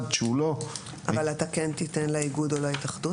שהוא לא --- אבל אתה כן תיתן הכרה לאיגוד או להתאחדות,